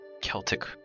Celtic